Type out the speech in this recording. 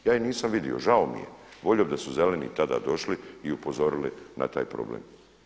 Ja ih nisam vidio, žao mi je, volio bih da su zeleni tada došli i upozorili na taj problem.